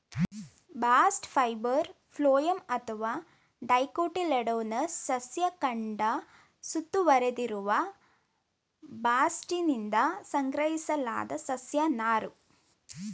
bast fibre phloem ಅಥವಾ dicotyledonous ಸಸ್ಯ ಕಾಂಡ ಸುತ್ತುವರೆದಿರುವ ಬಾಸ್ಟ್ನಿಂದ ಸಂಗ್ರಹಿಸಲಾದ ಸಸ್ಯ ನಾರು